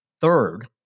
Third